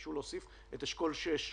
שביקשו להוסיף את אשכול 6,